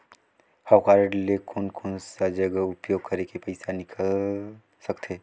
हव कारड ले कोन कोन सा जगह उपयोग करेके पइसा निकाल सकथे?